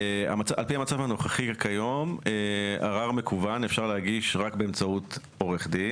על פי המצב הנוכחי כיום ערר מקוון אפשר להגיש רק באמצעות עורך דין.